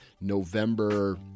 november